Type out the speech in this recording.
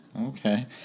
okay